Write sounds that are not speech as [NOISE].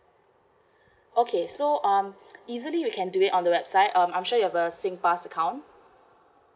okay so um [BREATH] easily you can do it on the website um I'm sure you have a singpass account